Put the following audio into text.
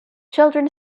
children